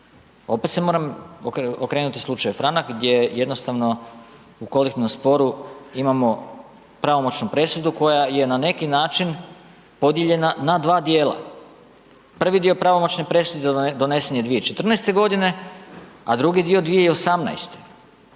Opet se moram okrenuti slučaju Franak, gdje jednostavno u kolektivnom sporu imamo pravomoćnu presudu koja je na neki način podijeljena na dva dijela. Prvi dio pravomoćne presude donesen je 2014. godine, a drugi dio 2018. i